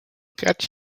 get